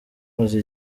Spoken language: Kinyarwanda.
maze